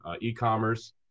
e-commerce